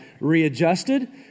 readjusted